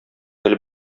гел